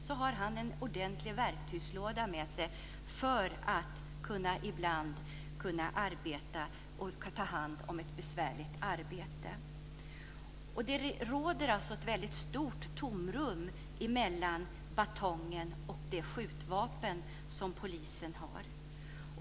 Då har han en ordentlig verktygslåda med sig. Det råder alltså ett väldigt stort tomrum mellan batongen och de skjutvapen som polisen har.